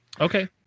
Okay